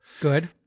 Good